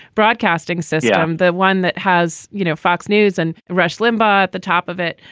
broadcasting system, the one that has, you know, fox news and rush limbaugh at the top of it.